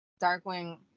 Darkwing